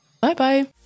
Bye-bye